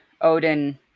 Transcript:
Odin